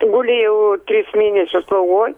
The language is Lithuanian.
gulėjau tris mėnesius slaugoj